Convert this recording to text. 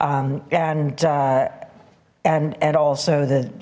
and and and also the the